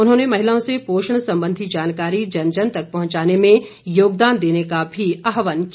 उन्होंने महिलाओं से पोषण संबंधी जानकारी जन जन तक पहुंचाने में योगदान देने का भी आहवान किया